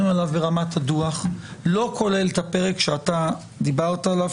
עליו ברמת הדו"ח לא כולל את הפרק שאתה דיברת עליו,